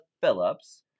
Phillips